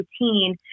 routine